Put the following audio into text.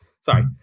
Sorry